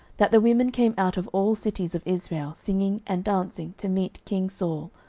that the women came out of all cities of israel, singing and dancing, to meet king saul,